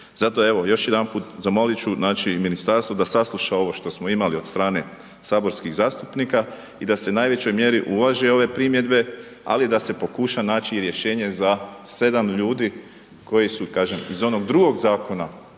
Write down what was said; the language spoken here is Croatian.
Zato evo još jedanput zamolit ću znači ministarstvo da sasluša ovo što smo imali od strane saborskih zastupnika i da se u najvećoj mjeri uvaže ove primjedbe, ali i da se pokuša naći i rješenje za 7 ljudi koji su kažem iz onog drugog zakona